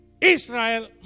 Israel